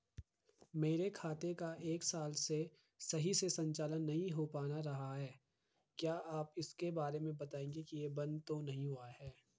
मेरे खाते का एक साल से सही से संचालन नहीं हो पाना रहा है क्या आप इसके बारे में बताएँगे कि ये बन्द तो नहीं हुआ है?